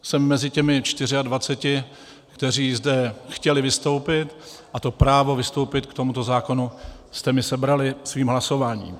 Jsem mezi těmi čtyřiadvaceti, kteří zde chtěli vystoupit, a to právo vystoupit k tomuto zákonu jste mi sebrali svým hlasováním.